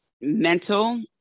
mental